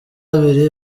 abiri